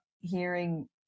hearing